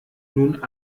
nun